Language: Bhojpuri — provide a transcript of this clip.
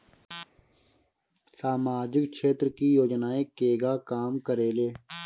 सामाजिक क्षेत्र की योजनाएं केगा काम करेले?